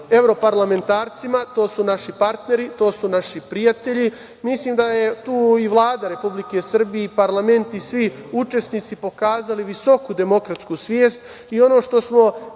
evroparlamentarcima, to su naši partneri, to su naši prijatelji. Mislim da su tu i Vlada Republike Srbije i parlament i svi učesnici pokazali visoku demokratsku svest i ono što smo pre